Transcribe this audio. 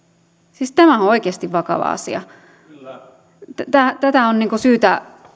siis tämähän on oikeasti vakava asia tätä on syytä